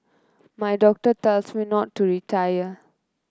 my doctor tells me not to retire